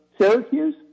Syracuse